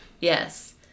Yes